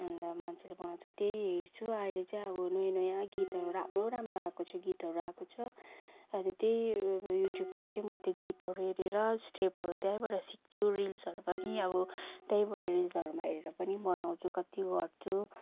अन्त मान्छेले बनाउँछ त्यही हेर्छु अहिले चाहिँ अब नयाँ नयाँ गीतहरू राम्रो राम्रो आएको छ गीतहरू आएको छ अन्त त्यही युट्युबमा चाहिँ म त्यो गीतहरू हेरेर स्टेपहरू त्यहीँबाट सिक्छु रिल्सहरू पनि अब त्यहीँबाट रिल्सहरूमा हेरेर पनि बनाउँछु कति गर्छु